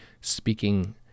speaking